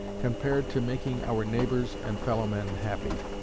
compared to making our neighbors and fellowmen happy!